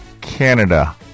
Canada